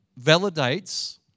validates